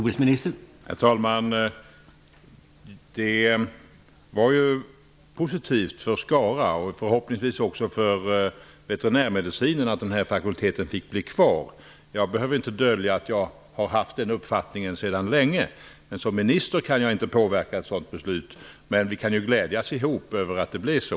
Herr talman! Det var positivt för Skara och för hoppningsvis också för veterinärmedicinen att fa kulteten fick stanna kvar. Jag behöver inte dölja att jag har haft den uppfattningen sedan länge. Som minister kan jag inte påverka ett sådant be slut. Men vi kan glädjas tillsammans att det blev så.